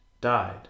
died